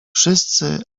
wszyscy